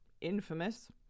infamous